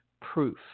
proof